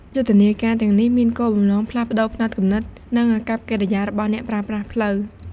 យុទ្ធនាការទាំងនេះមានគោលបំណងផ្លាស់ប្តូរផ្នត់គំនិត និងអាកប្បកិរិយារបស់អ្នកប្រើប្រាស់ផ្លូវ។